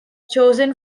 chosen